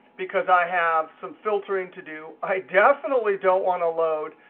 because i have some filtering to do. i definitely don't want to load.